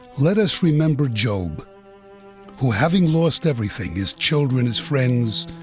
let us remember job who, having lost everything his children, his friends,